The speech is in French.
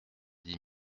dix